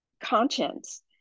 conscience